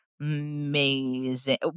amazing